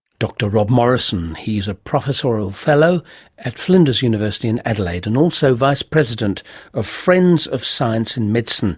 dr rob morrison. he's ah professorial fellow at flinders university in adelaide and also vice-president of friends of science in medicine.